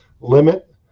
limit